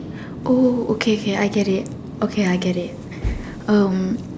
oh okay okay I get it okay I get it um